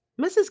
Mrs